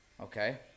Okay